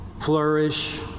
flourish